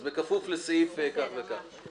אז בכפוף לסעיף כך וכך.